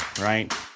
right